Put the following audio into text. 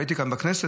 עוד הייתי כאן בכנסת,